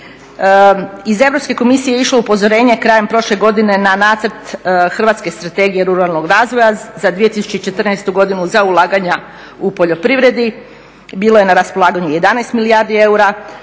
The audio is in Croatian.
Iz Europske komisije je išlo upozorenje krajem prošle godine na nacrt hrvatske Strategije ruralnog razvoja za 2014. godinu za ulaganja u poljoprivredi. Bilo je na raspolaganju 11 milijardi eura,